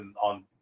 on